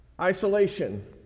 isolation